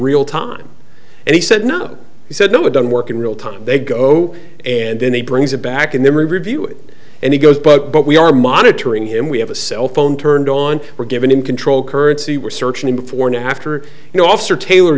real time and he said no he said no it doesn't work in real time they go and then he brings it back in the we review it and he goes but but we are monitoring him we have a cell phone turned on we're given him control currency we're searching before now after you know officer taylor